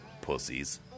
pussies